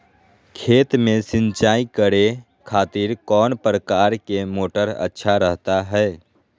खेत में सिंचाई करे खातिर कौन प्रकार के मोटर अच्छा रहता हय?